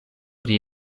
pri